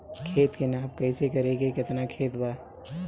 खेत के नाप कइसे करी की केतना खेत बा?